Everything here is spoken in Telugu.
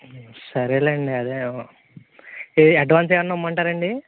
సరేలేండి అదే ఈ అడ్వాన్స్ ఏమైనా ఇమ్మంటారా అండి